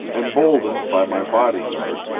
emboldened by my body-guard,